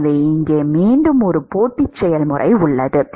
எனவே இங்கே மீண்டும் ஒரு போட்டி செயல்முறை உள்ளது